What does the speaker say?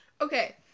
Okay